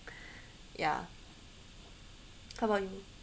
ya how about you